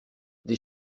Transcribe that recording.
des